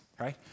right